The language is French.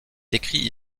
décrit